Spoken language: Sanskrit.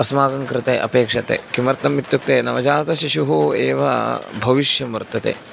अस्माकं कृते अपेक्षते किमर्थम् इत्युक्ते नवजातशिशुः एव भविष्यं वर्तते